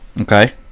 Okay